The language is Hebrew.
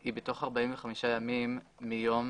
היא בתוך 45 ימי מיום